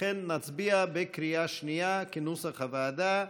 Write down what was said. לכן נצביע בקריאה שנייה כנוסח הוועדה.